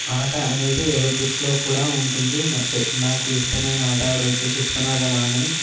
ఆట అనేది ఒలింపిక్స్లో కూడా ఉంటుంది నాకు ఇష్టం అయిన ఆటగాడు వచ్చి విశ్వనాధం ఆనంద్